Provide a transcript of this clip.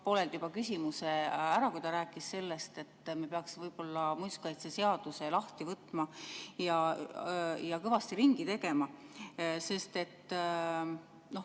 pooleldi minu küsimuse ära, kui ta rääkis sellest, et me peaksime võib‑olla muinsuskaitseseaduse lahti võtma ja kõvasti ringi tegema, sest ka